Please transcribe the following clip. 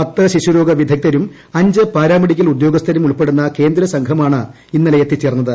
പത്ത് ശിശുരോഗ വിദഗ്ധരും അഞ്ച് പാരാമെഡിക്കൽ ഉദ്യോഗസ്ഥരും ഉൾപ്പെടുന്ന കേന്ദ്ര സംഘമാണ് ഇന്നലെ എത്തിച്ചേർന്നത്